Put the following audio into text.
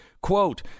Quote